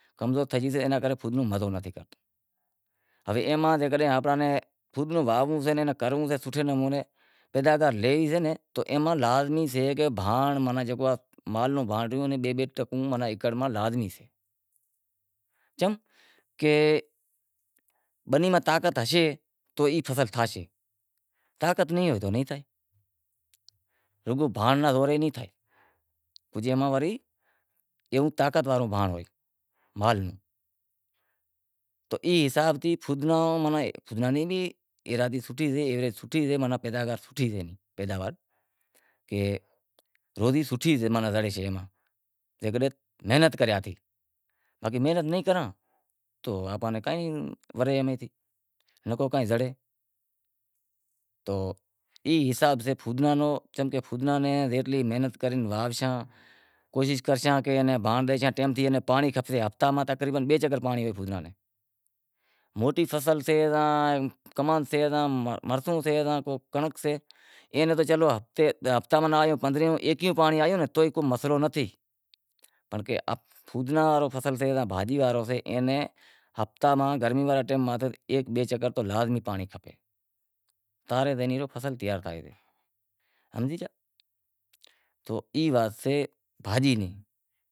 کمزور تھے گئی سے اینا کرے پھودنو مزو نتھی کرتو، ہوے اے ماں جے آپاں نیں پھودنو وانہنونڑو سے تو کرنڑو سے سوٹھے نمونے تو ای ماں لازمی سے کہ مال روں بھانڑ بئے بئے ٹرکوں ایکڑ ماں لازمی سے۔ چم کہ بنی ماں طاقت ہوشے تو ای فصل تھیشے، طاقت نیں ہوئے تو نیں تھے، رگو بھانڑ رے زور نیں بھی نہیں تھے۔ اوئے ماں وری طاقت واڑو بھانڑ ہوئے مال رو، تو ای حساب تھی پھودنو ماناں اینی بھی ایوریج سوٹھی سے، پیداوار سوٹھی سے روزی ماناں سوٹھی زڑشے اینا ماں، جیکڈنہں محنت کریا تو، باقی محنت ناہیں کریا تو آپاں نیں کائین نیں زڑے، نکو کائیں زڑے تو ای حساب سے پھدناں رو چمکہ زیتلی محنت کریانتے اینا بھانڑ ڈیشاں، ٹیم تی اینے پانڑی کھپے ہفتا ماں تقریبن بئے چکر پانڑی ہوئے اینا، موٹی فصل سے زاں کماند سے، مرسوں سے زاں کنڑنک سے اینا تو ہفتا پندرانہں زاں ایکیہوں پانڑی آیو تو بھی کوئی مسئلو نہ تھی پنڑ پھودناں واڑو فصل سے زاں بھاجی واڑو فصل سے اینے ہفتاں میں گھٹ میں گھٹ گرمی میں بئے چکر لازمی پانڑی ڈینڑ کھپے۔ تاں رے زائے فصل تیار تھائے۔